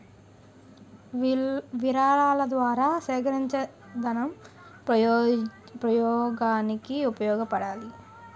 విరాళాల ద్వారా సేకరించేదనం ప్రజోపయోగానికి ఉపయోగపడాలి